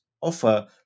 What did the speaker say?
offer